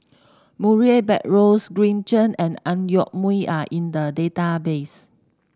Murray Buttrose Green Zeng and Ang Yoke Mooi are in the database